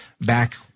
back